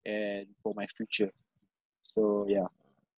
and for my future so yeah